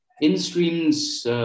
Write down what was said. In-streams